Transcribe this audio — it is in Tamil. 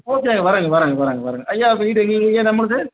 ஓகேங்க வரங்க வரங்க வரங்க வரங்க ஐயா வீடு எங்கேங்க ஐயா நம்ளுது